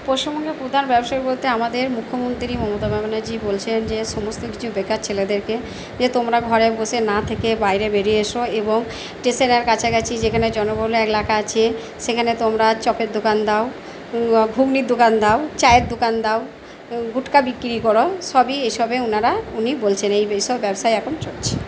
পশ্চিমবঙ্গের প্রধান ব্যবসা বলতে আমাদের মুখ্যমন্ত্রী মমতা ব্যানার্জ্জী বলছেন যে সমস্ত কিছু বেকার ছেলেদেরকে যে তোমরা ঘরে বসে না থেকে বাইরে বেরিয়ে এসো এবং ষ্টেশনের কাছাকাছি যেখানে জনবহুল এলাকা আছে সেখানে তোমরা চপের দোকান দাও ঘুঘনির দোকান দাও চায়ের দোকান দাও গুটকা বিক্রি করো সবই এসবে উনারা উনি বলেছেন এইসব ব্যবসাই এখন চলছে